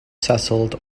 settled